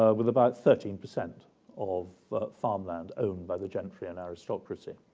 ah with about thirteen percent of farmland owned by the gentry and aristocracy.